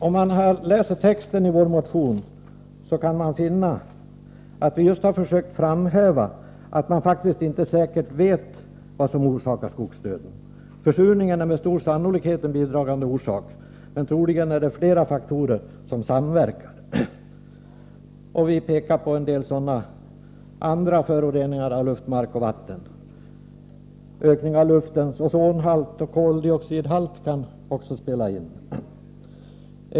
Om man läser texten i vår motion kan man finna att vi just har försökt framhäva att man faktiskt inte säkert vet vad som orsakar skogsdöden. Försurningen är med stor sannolikhet en bidragande orsak, men troligen är det flera faktorer som samverkar. Vi pekar på en del sådana andra föroreningar av luft, mark och vatten. Ökningen av luftens ozonhalt och koldioxidhalt kan också spela in.